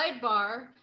Sidebar